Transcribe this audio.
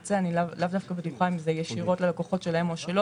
אבל אני אבוא בעוד שנה ואציע לממשלה הבאה לעשות תיקון נוסף לדבר הזה.